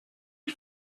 for